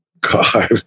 god